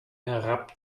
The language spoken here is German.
herab